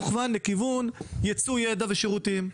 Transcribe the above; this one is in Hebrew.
מוכוון לכיוון יצוא ידע ושירותים,